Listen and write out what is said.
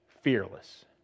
fearless